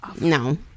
no